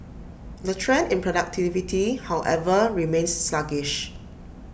the trend in productivity however remains sluggish